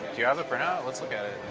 do you have a printout, let's look at it.